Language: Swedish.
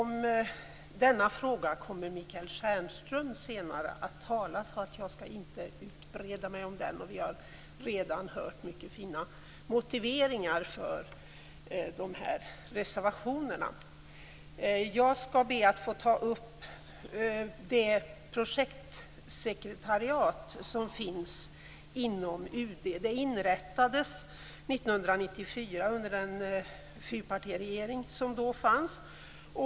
Michael Stjernström kommer att tala om denna fråga senare, så jag skall inte utbreda mig om den. Vi har också redan hört många fina motiveringar för de här reservationerna. Jag skall ta upp frågan om det projektsekretariat som finns inom UD. Det inrättades 1994 under den fyrpartiregering som då fanns.